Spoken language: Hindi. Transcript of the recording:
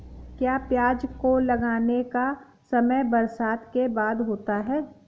क्या प्याज को लगाने का समय बरसात के बाद होता है?